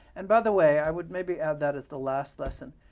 and by the way, i would maybe add that as the last lesson.